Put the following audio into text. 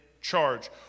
charge